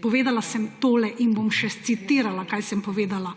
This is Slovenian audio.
Povedala sem tole in bom še scitirala, kaj sem povedala: